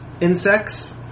insects